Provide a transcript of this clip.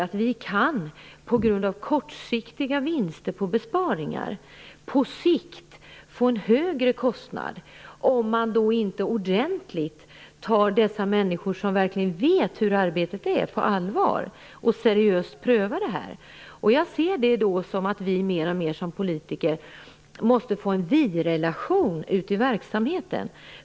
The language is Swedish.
Samtidigt kan vi trots kortsiktiga besparingsvinster få en på sikt högre kostnad, om vi inte tar allvarligt på synpunkterna från de människor som kan arbetet och inte prövar dem seriöst. Jag ser det så att vi som politiker mer och mer måste få en birelation ute i verksamheten.